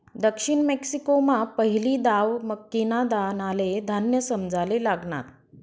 दक्षिण मेक्सिकोमा पहिली दाव मक्कीना दानाले धान्य समजाले लागनात